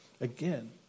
again